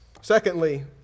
Secondly